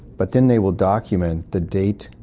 but then they will document the date,